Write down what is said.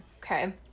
Okay